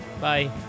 Bye